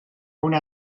una